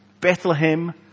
Bethlehem